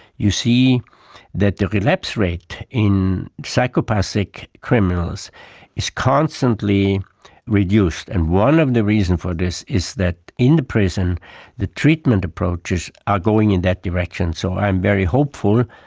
you see that the relapse rate in psychopathic criminals is constantly reduced, and one of the reasons for this is that in the prison the treatment approaches are going in that direction. so i'm very hopeful,